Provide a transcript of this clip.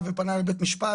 ופנה לבית משפט,